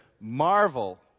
marvel